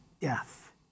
death